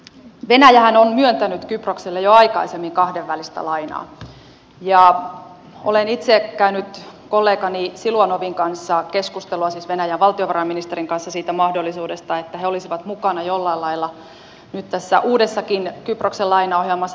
venäjähän on myöntänyt kyprokselle jo aikaisemmin kahdenvälistä lainaa ja olen itse käynyt kollegani siluanovin kanssa keskustelua siis venäjän valtiovarainministerin kanssa siitä mahdollisuudesta että he olisivat mukana jollain lailla nyt tässä uudessakin kyproksen lainaohjelmassa